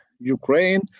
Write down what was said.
Ukraine